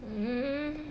mm